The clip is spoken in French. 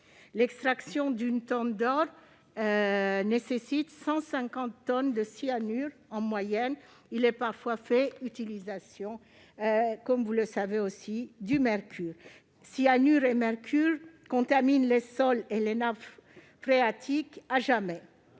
L'extraction d'une tonne d'or nécessite 150 tonnes de cyanure en moyenne ; en outre, il est parfois fait utilisation du mercure. Cyanure et mercure contaminent les sols et les nappes phréatiques à jamais.